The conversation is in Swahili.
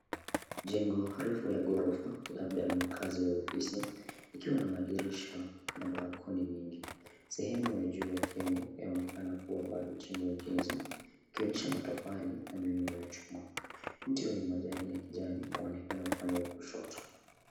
Jengo refu la ghorofa labda la makaazi au ofisi, likiwa na madirisha na balkoni nyingi. Sehemu ya juu ya jengo, yaonekana kuwa bado chini ya ujenzi, ikionyesha matofali na miundo ya chuma. Mti wenye majani ya kijani waonekana upande wa kushoto.